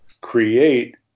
create